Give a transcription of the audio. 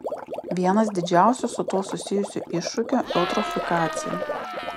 vienas didžiausių su tuo susijusių iššūkių eutrofikacija